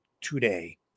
today